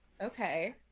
Okay